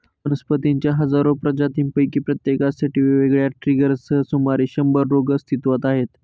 वनस्पतींच्या हजारो प्रजातींपैकी प्रत्येकासाठी वेगवेगळ्या ट्रिगर्ससह सुमारे शंभर रोग अस्तित्वात आहेत